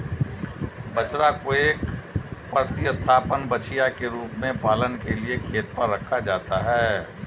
बछड़ा को एक प्रतिस्थापन बछिया के रूप में पालने के लिए खेत पर रखा जाता है